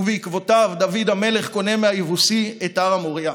ובעקבותיו דוד המלך קונה מהיבוסי את הר המוריה.